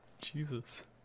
Jesus